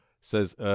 says